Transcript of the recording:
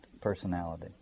personality